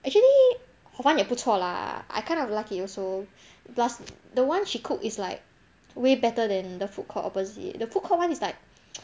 actually hor fun 也不错 lah I kind of like also plus the one she cook is like